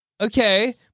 Okay